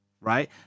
right